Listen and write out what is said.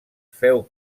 feu